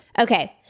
Okay